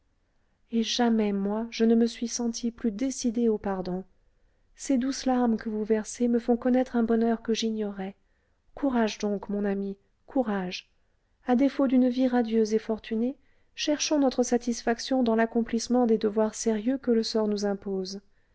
et jamais moi je ne me suis sentie plus décidée au pardon ces douces larmes que vous versez me font connaître un bonheur que j'ignorais courage donc mon ami courage à défaut d'une vie radieuse et fortunée cherchons notre satisfaction dans l'accomplissement des devoirs sérieux que le sort nous impose